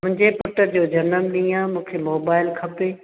मुंहिंजे पुटु जो जनमु ॾींहुं आहे मूंखे मोबाइल खपे